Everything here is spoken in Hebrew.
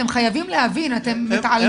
אתם חייבים להבין ואתם מתעלמים.